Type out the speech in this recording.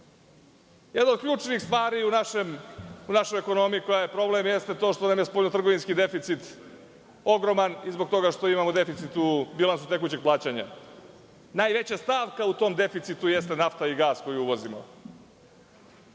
od ključnih stvari u našoj ekonomiji koja je problem jeste to što nam je spoljnotrgovinski deficit ogroman i zbog toga što imamo deficit u bilansu tekućeg plaćanja. Najveća stavka u tom deficitu jeste nafta i gas koji uvozimo.